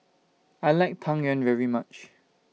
I like Tang Yuen very much